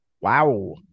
Wow